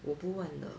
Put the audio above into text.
我不问了